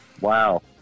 Wow